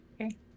Okay